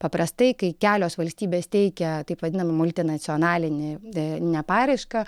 paprastai kai kelios valstybės teikia taip vadinamą multinacionalinį neparaišką